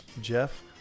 jeff